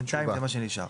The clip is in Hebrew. בינתיים זה מה שנשאר.